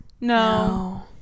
no